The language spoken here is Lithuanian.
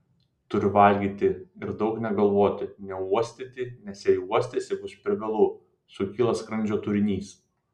turi valgyti ir daug negalvoti neuostyti nes jei uostysi bus per vėlu sukyla skrandžio turinys